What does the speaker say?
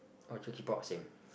oh the key pouch same